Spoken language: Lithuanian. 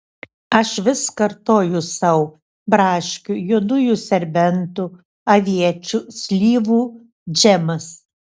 aš vis kartoju sau braškių juodųjų serbentų aviečių slyvų džemas